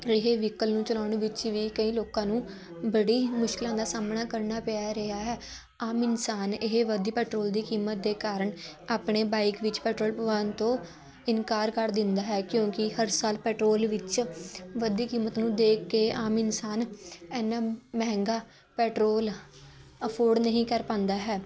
ਇਹ ਵਹੀਕਲ ਨੂੰ ਚਲਾਉਣ ਵਿੱਚ ਵੀ ਕਈ ਲੋਕਾਂ ਨੂੰ ਬੜੀ ਮੁਸ਼ਕਿਲਾਂ ਦਾ ਸਾਹਮਣਾ ਕਰਨਾ ਪੈ ਰਿਹਾ ਹੈ ਆਮ ਇਨਸਾਨ ਇਹ ਵੱਧਦੀ ਪੈਟਰੋਲ ਦੀ ਕੀਮਤ ਦੇ ਕਾਰਨ ਆਪਣੇ ਬਾਈਕ ਵਿੱਚ ਪੈਟਰੋਲ ਪਵਾਉਣ ਤੋਂ ਇਨਕਾਰ ਕਰ ਦਿੰਦਾ ਹੈ ਕਿਉਂਕਿ ਹਰ ਸਾਲ ਪੈਟਰੋਲ ਵਿੱਚ ਵੱਧਦੀ ਕੀਮਤ ਨੂੰ ਦੇਖ ਕੇ ਆਮ ਇਨਸਾਨ ਇੰਨਾ ਮਹਿੰਗਾ ਪੈਟਰੋਲ ਅਫੋਰਡ ਨਹੀਂ ਕਰ ਪਾਉਂਦਾ ਹੈ